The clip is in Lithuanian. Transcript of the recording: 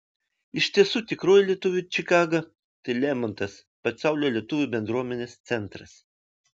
iš tiesų tikroji lietuvių čikaga tai lemontas pasaulio lietuvių bendruomenės centras